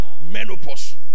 menopause